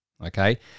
Okay